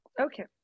Okay